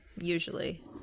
usually